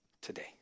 today